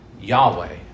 Yahweh